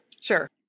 Sure